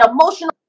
emotional